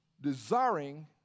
desiring